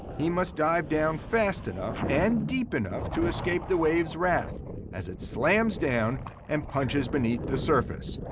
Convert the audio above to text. he must dive down fast enough and deep enough to escape the wave's wrath as it slams down and punches beneath the surface.